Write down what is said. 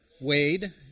Wade